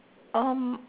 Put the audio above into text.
um